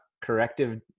corrective